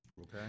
Okay